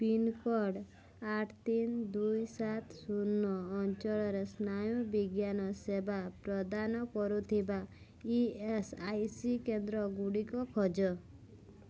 pincode ଆଠ ତିନି ଦୁଇ ସାତ ଶୂନ ନଅ ଅଞ୍ଚଳରେ ସ୍ନାୟୁବିଜ୍ଞାନ ସେବା ପ୍ରଦାନ କରୁଥିବା ଇ ଏସ୍ ଆଇ ସି କେନ୍ଦ୍ରଗୁଡ଼ିକ ଖୋଜ